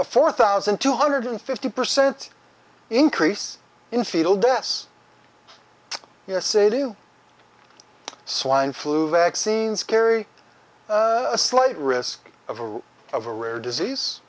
a four thousand two hundred fifty percent increase in fetal deaths usa do swine flu vaccines carry a slight risk of of a rare disease